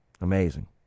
amazing